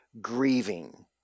grieving